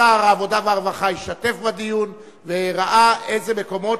שר העבודה והרווחה השתתף בדיון וראה איזה מקומות